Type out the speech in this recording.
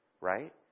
right